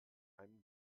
einem